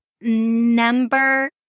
number